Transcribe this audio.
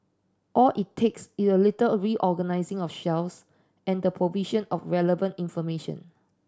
all it takes is a little reorganising of shelves and the provision of relevant information